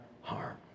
harm